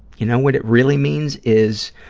you know what it really means is,